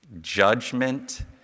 judgment